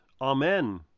Amen